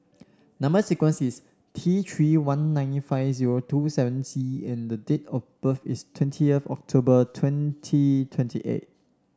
number sequence is T Three one nine five zero two seven C and the date of birth is twentieth October twenty twenty eight